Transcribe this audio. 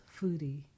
foodie